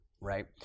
right